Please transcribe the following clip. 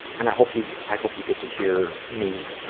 and i hope you, i hope you get to hear me